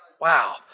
Wow